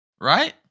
Right